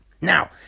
Now